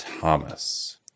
Thomas